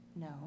No